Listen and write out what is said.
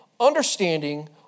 Understanding